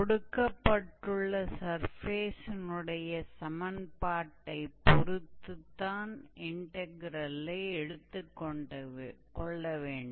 கொடுக்கப்பட்டுள்ள சர்ஃபேஸினுடைய சமன்பாட்டைப் பொறுத்துத்தான் இன்டக்ரெலை எடுத்துக்கொள்ள வேண்டும்